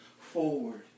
forward